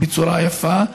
בצורה יפה.